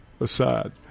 aside